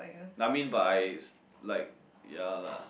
I mean but I like ya lah